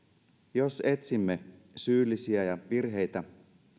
jos etsimme syyllisiä ja virheitä